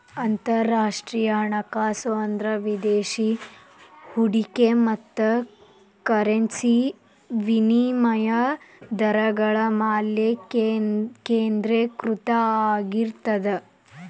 ಅಂತರರಾಷ್ಟ್ರೇಯ ಹಣಕಾಸು ಅಂದ್ರ ವಿದೇಶಿ ಹೂಡಿಕೆ ಮತ್ತ ಕರೆನ್ಸಿ ವಿನಿಮಯ ದರಗಳ ಮ್ಯಾಲೆ ಕೇಂದ್ರೇಕೃತ ಆಗಿರ್ತದ